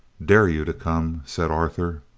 dare you to come, said arthur.